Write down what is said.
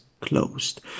closed